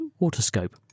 WaterScope